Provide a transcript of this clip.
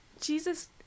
Jesus